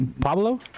Pablo